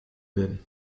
werden